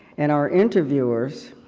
and our interviewers,